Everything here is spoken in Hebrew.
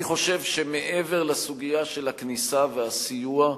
אני חושב שמעבר לסוגיה של הכניסה והסיוע,